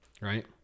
Right